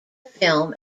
film